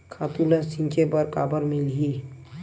खातु ल छिंचे बर काबर मिलही?